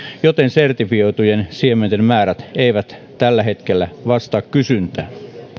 joten sertifioitujen siementen määrät eivät tällä hetkellä vastaa kysyntää